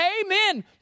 amen